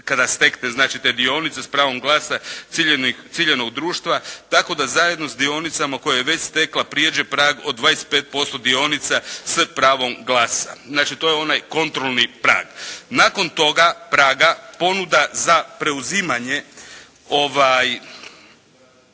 kada stekne znači te dionice s pravom glasa ciljanog društva, tako da zajedno s dionicama koje je već stekla prijeđe prag od 25% dionica s pravom glasa. Znači, to je onaj kontrolni prag. Nakon toga praga ponuda za preuzimanje